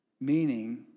meaning